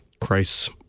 christ